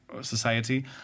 society